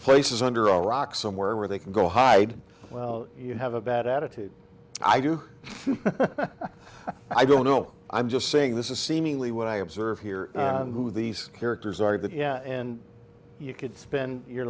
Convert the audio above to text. places under a rock somewhere where they can go hide you have a bad attitude i do i don't know i'm just saying this is seemingly what i observe here who these characters are that yeah and you could spend your